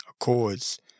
accords